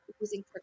using